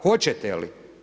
Hoćete li?